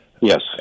Yes